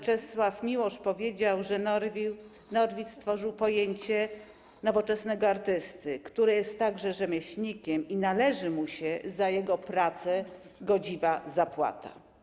Czesław Miłosz powiedział, że Norwid stworzył pojęcie nowoczesnego artysty, który jest także rzemieślnikiem i należy mu się za jego pracę godziwa zapłata.